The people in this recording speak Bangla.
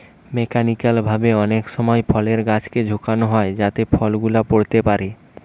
মেকানিক্যাল ভাবে অনেক সময় ফলের গাছকে ঝাঁকানো হয় যাতে ফল গুলা পড়তে পারে